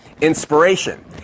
Inspiration